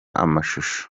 amashusho